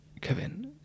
Kevin